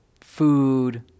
food